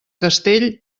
castell